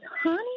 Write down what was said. honey